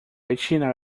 gallina